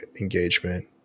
engagement